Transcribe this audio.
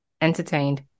entertained